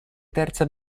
terza